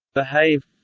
behav.